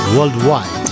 Worldwide